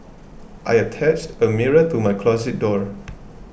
I attached a mirror to my closet door